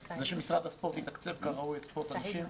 שמשרד הספורט יתקצב כראוי את ספורט הנשים.